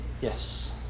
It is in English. Yes